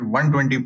120